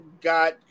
got